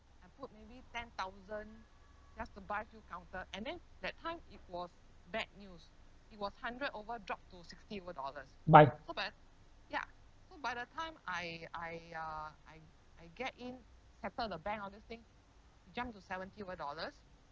buy